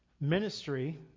ministry